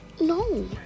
No